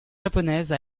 japonaise